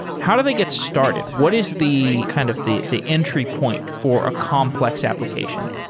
how do they get started? what is the kind of the the entry point for a complex application?